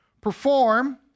perform